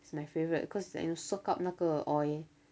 it's my favourite cause like you soak up 那个 oil